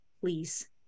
Please